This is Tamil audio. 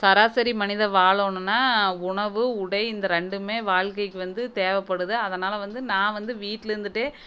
சராசரி மனிதன் வாழணுன்னா உணவு உடை இந்த ரெண்டும் வாழ்க்கைக்கு வந்து தேவைப்படுது அதனால் வந்து நான் வந்து வீட்டில் இருந்துகிட்டே